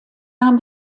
nahm